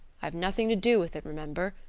i've nothing to do with it, remember.